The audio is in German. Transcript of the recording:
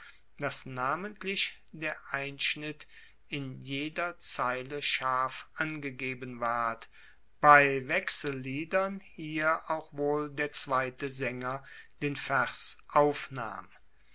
dass namentlich der einschnitt in jeder zeile scharf angegeben ward bei wechselliedern hier auch wohl der zweite saenger den vers aufnahm